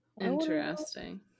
Interesting